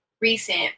recent